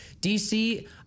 DC